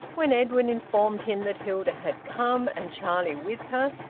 when edwin informed him that hilda had come, and charlie with her,